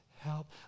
help